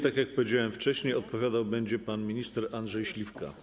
Tak jak powiedziałem wcześniej, odpowiadał będzie pan minister Andrzej Śliwka.